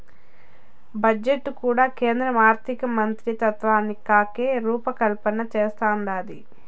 budget కూడా కేంద్ర ఆర్థికమంత్రిత్వకాకే రూపకల్పన చేస్తందాది